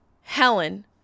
Helen